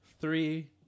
three